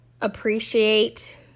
appreciate